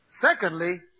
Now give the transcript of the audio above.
Secondly